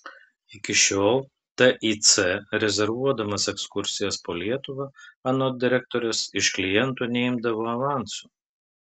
iki šiol tic rezervuodamas ekskursijas po lietuvą anot direktorės iš klientų neimdavo avanso